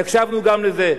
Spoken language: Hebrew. והקשבנו גם לזה.